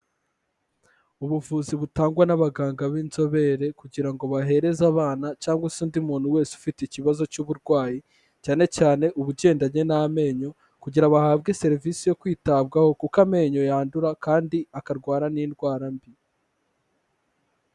Ubuvuzi butangwa n'abaganga b'inzobere kugira ngo bahereze abana cyangwa se undi muntu wese ufite ikibazo cy'uburwayi, cyane cyane ubugendanye n'amenyo kugira ngo bahabwe serivisi yo kwitabwaho kuko amenyo yandura kandi akarwara n'indwara mbi.